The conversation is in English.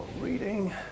reading